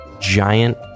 giant